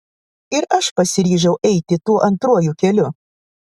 ir aš pasiryžau eiti tuo antruoju keliu